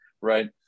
right